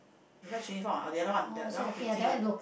you like Quan-Yi-Fong ah or the other one the that one pretty one